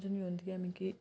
समझ नी औंदी ऐ मिकी